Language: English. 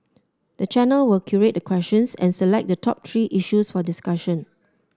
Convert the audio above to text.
the channel will curate the questions and select the top three issues for discussion